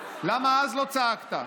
למה אז לא צעקת?